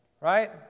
right